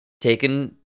taken